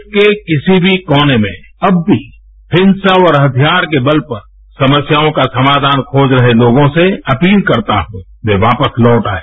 देश के किसी भी कोने में अब भी हिंसा और हथियार के बल पर समस्याओं का समाधान खोज रहे लोगों से अपील करता हूं कि वे वापस लौट आएं